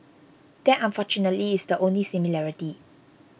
that unfortunately is the only similarity